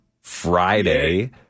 Friday